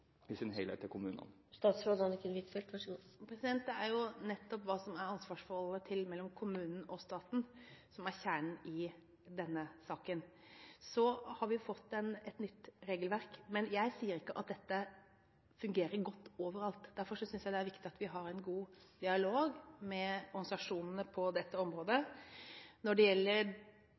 til kommunene? Det er nettopp hva som er ansvarsforholdet mellom kommunen og staten som er kjernen i denne saken. Vi har fått et nytt regelverk, men jeg sier ikke at dette fungerer godt overalt. Derfor synes jeg det er viktig at vi har en god dialog med organisasjonene på dette området. Når det gjelder